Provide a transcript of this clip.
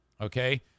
Okay